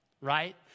right